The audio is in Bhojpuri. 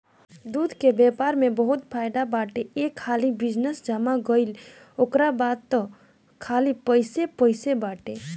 दूध के व्यापार में बहुते फायदा बाटे एक हाली बिजनेस जम गईल ओकरा बाद तअ खाली पइसे पइसे बाटे